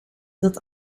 dat